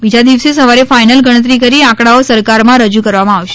બીજા દિવસે સવારે ફાઈનલ ગણતરી કરી આંકડાઓ સરકારમાં રજૂ કરવામાં આવશે